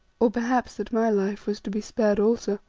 or perhaps that my life was to be spared also.